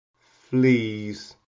fleas